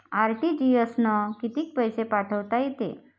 RTGS न कितीक पैसे पाठवता येते?